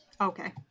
Okay